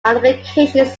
applications